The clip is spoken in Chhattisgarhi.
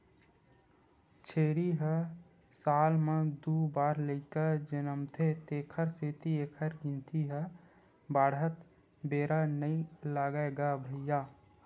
छेरी ह साल म दू बार लइका जनमथे तेखर सेती एखर गिनती ह बाड़हत बेरा नइ लागय गा भइया